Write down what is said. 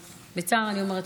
בצער אני אומרת,